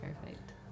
Perfect